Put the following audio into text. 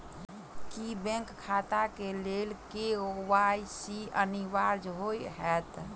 की bank खाता केँ लेल के.वाई.सी अनिवार्य होइ हएत?